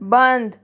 बंद